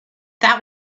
that